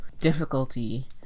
difficulty